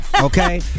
Okay